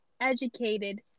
educated